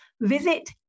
Visit